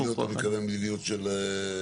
במדיניות אתה מתכוון מדיניות של המדינה.